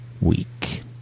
week